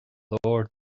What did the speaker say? leor